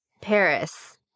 Paris